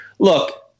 Look